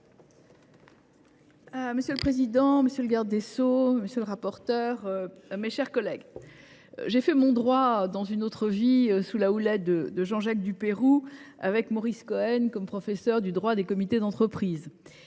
Monsieur le président, monsieur le garde des sceaux, mes chers collègues, j’ai fait mon droit dans une autre vie, sous la houlette de Jean Jacques Dupeyroux, avec Maurice Cohen comme professeur du droit des comités d’entreprise.